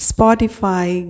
Spotify